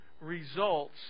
results